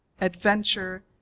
adventure